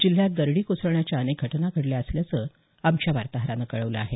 जिल्ह्यात दरडी कोसळण्याच्या अनेक घटना घडल्या असल्याचं आमच्या वार्ताहरानं कळवलं आहे